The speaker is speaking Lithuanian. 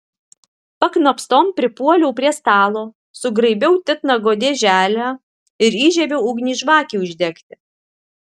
paknopstom pripuoliau prie stalo sugraibiau titnago dėželę ir įžiebiau ugnį žvakei uždegti